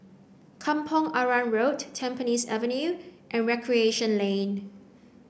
Kampong Arang Road Tampines Avenue and Recreation Lane